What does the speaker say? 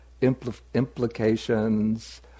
implications